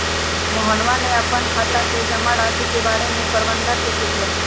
मोहनवा ने अपन खाता के जमा राशि के बारें में प्रबंधक से पूछलय